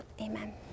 amen